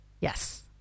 Yes